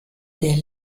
der